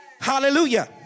hallelujah